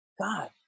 God